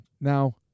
Now